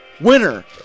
winner